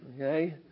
Okay